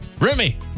Remy